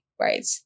right